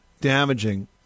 damaging